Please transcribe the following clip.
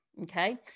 okay